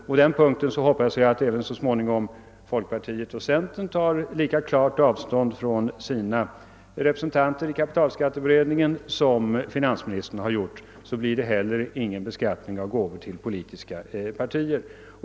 På den punkten hoppas jag att så småningom också folkpartiet och centern tar lika klart avstånd från sina representanter i kapitalskatteberedningen som finansministern har gjort från sitt partis. I så fall blir det heller ingen beskattning av gåvor till politiska partier.